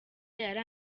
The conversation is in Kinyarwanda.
yari